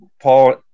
Paul